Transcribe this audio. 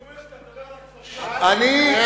אתה מדבר על הכפרים הערביים?